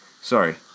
Sorry